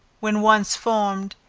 when once formed,